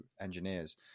engineers